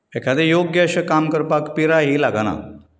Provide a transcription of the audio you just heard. एखादें योग्य अशें काम करपाक पिराय ही लागना